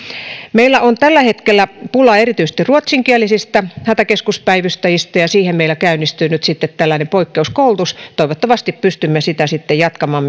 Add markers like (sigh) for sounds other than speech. meillä on tällä hetkellä pula erityisesti ruotsinkielisistä hätäkeskuspäivystäjistä ja siihen meillä käynnistyy nyt sitten poikkeuskoulutus toivottavasti pystymme sitä jatkamaan (unintelligible)